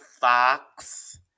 Fox